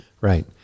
Right